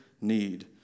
need